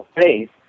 faith